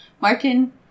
Martin